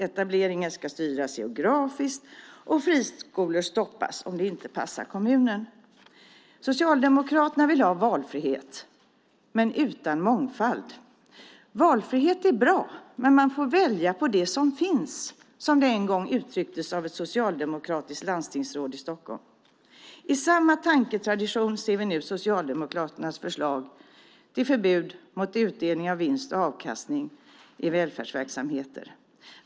Etableringen ska styras geografiskt och friskolor stoppas om det inte passar kommunen. Socialdemokraterna vill ha valfrihet men utan mångfald. Valfrihet är bra, men man får välja bland det som finns, som det en gång uttrycktes av ett socialdemokratiskt landstingsråd i Stockholm. I samma tanketradition ser vi nu Socialdemokraternas förslag till förbud mot utdelning av vinst och avkastning i välfärdsverksamheter.